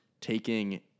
taking